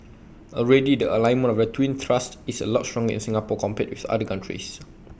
already the alignment of the twin thrusts is A lot stronger in Singapore compared with other countries